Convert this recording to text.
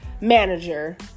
manager